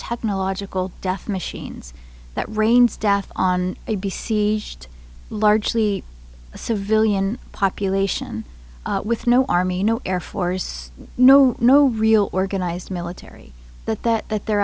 technological death machines that reigns death on a b c largely a civilian population with no army no air force no no real organized military that that that they're